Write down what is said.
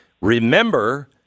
remember